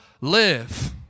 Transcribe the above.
live